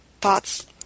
thoughts